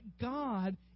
God